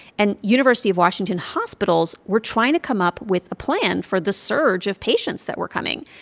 and university of washington hospitals were trying to come up with a plan for the surge of patients that were coming.